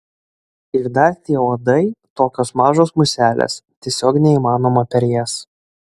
ir dar tie uodai tokios mažos muselės tiesiog neįmanoma per jas